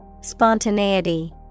Spontaneity